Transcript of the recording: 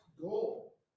goal